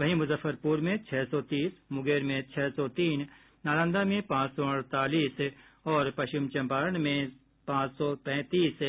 वहीं मुजफ्फरपुर में छह सौ तीस मुंगेर में छह सौ तीन नालंदा में पांच सौ अड़तालीस और पश्चिम चंपारण में पांच सौ सैंतीस